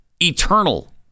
eternal